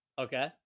okay